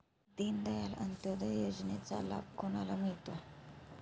दीनदयाल अंत्योदय योजनेचा लाभ कोणाला मिळतो?